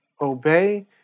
obey